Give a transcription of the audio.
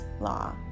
law